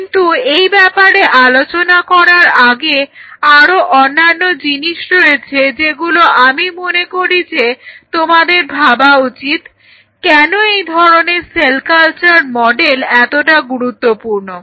কিন্তু এই ব্যাপারে আলোচনা করার আগে আরো অন্যান্য জিনিস রয়েছে যেগুলো আমি মনে করি যে তোমাদের ভাবা উচিত কেন এই ধরনের সেল কালচার মডেল এতটা গুরুত্বপূর্ণ